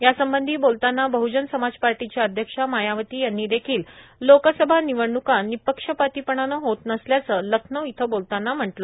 यासंबंधी बोलतांना बहजन समाज पार्टीच्या अध्यक्षा मायावती यांनी देखील लोकसभा निवडणूका निःपक्ष पातीपणानं होत नसल्याचं लखनौ इथं बोलतांना म्हटलं